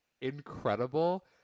incredible